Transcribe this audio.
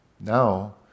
Now